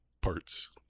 parts